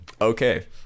Okay